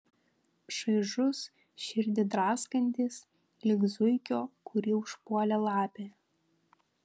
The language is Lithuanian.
šaižus širdį draskantis lyg zuikio kurį užpuolė lapė